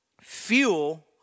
fuel